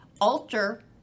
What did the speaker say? alter